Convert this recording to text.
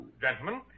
Gentlemen